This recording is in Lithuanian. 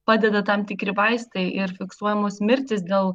padeda tam tikri vaistai ir fiksuojamos mirtys dėl